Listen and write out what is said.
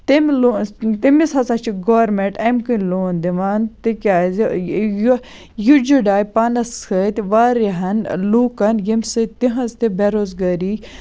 تمہِ لو تمِس ہَسا چھِ گورمنٹ امہِ کِنۍ لون دِوان تکیازِ یہِ جُڑاے پانَس سۭتۍ واریاہَن لُکَن یمہِ سۭتۍ تِہٕنٛز تہِ بےٚ روزگٲری